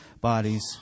bodies